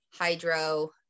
Hydro